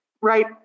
right